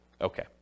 Okay